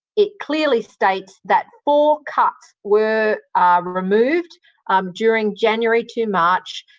it clearly states that four cuts were removed um during january to march.